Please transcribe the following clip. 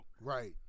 Right